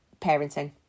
parenting